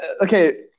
Okay